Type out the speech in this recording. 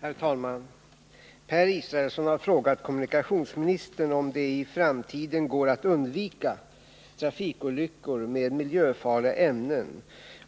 Herr talman! Per Israelsson har frågat kommunikationsministern om det i framtiden går att undvika trafikolyckor med miljöfarliga ämnen